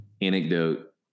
anecdote